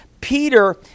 Peter